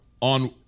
on